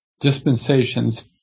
Dispensations